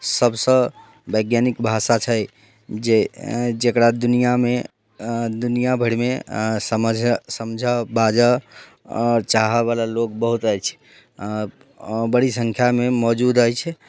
सभसँ वैज्ञानिक भाषा छै जे जकरा दुनिआँमे दुनिआँ भरिमे समझ समझय बाजय आ चाहयवला लोक बहुत अछि ओ बड़ी संख्यामे मौजूद अछि